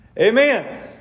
Amen